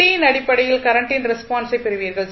t இன் அடிப்படையில் கரண்டின் ரெஸ்பான்ஸை பெறுவீர்கள்